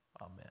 Amen